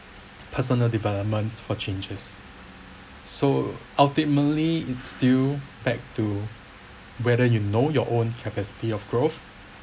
personal developments for changes so ultimately it's still back to whether you know your own capacity of growth